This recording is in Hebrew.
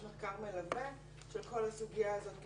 יש מחקר מלווה של כל הסוגיה הזאת כי